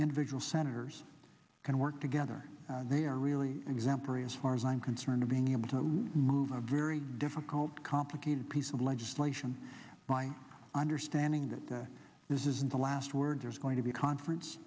individual senators can work together and they are really exemplary as far as i'm concerned of being able to move a very difficult complicated piece of legislation my understanding that this isn't the last word there's going to be a conference